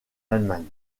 allemagne